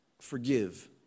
forgive